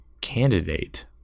candidate